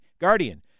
guardian